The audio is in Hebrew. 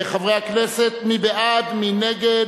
חברי הכנסת, מי בעד, מי נגד,